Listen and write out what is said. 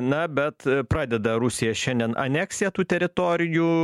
na bet pradeda rusija šiandien aneksiją tų teritorijų